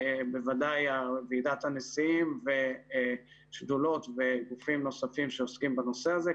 בוודאי ועידת הנשיאים ושדולות וגופים נוספים שעוסקים בנושא הזה,